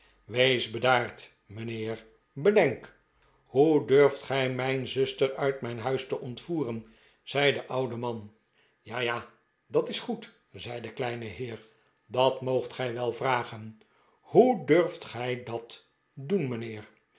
wees bedaard mijnheer bedenk hoe durft gij mijn zuster uit mijn huis ontvoeren zei de oude man ja ja dat is goed zei de kleine heer dat moogt gij wel vragen hoe durft gij dat doen mijnheer